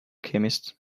chemist